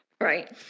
Right